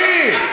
אני ערבי.